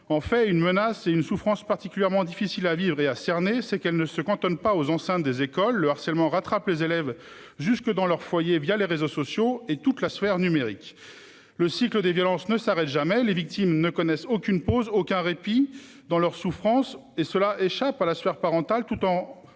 en fait une menace et une souffrance particulièrement difficile à vivre et à cerner, c'est qu'elle ne se cantonne pas aux enceintes des écoles le harcèlement rattrape les élèves jusque dans leurs foyers via les réseaux sociaux et toute la sphère numérique. Le cycle des violences ne s'arrête jamais. Les victimes ne connaissent aucune pose aucun répit dans leur souffrance et cela échappe à la sphère parentale, tout en